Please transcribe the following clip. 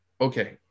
okay